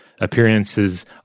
Appearances